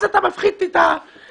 אז אתה מפחית את כל דמי ההקמה.